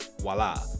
voila